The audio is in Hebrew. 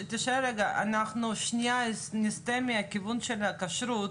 תישאר רגע, אנחנו שנייה נסטה מהכיוון של הכשרות.